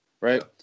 right